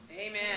Amen